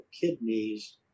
kidneys